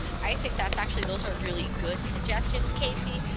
i think that's actually those are really good suggestions casey.